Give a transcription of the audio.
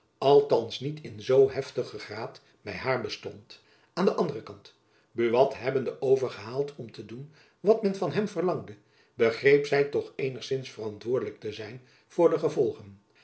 althands niet in zoo heftigen graad by haar bestond aan den anderen kant buat hebbende overgehaald om te doen wat men van hem verlangde begreep zy toch eenigzins verantwoordelijk te zijn voor de gevolgen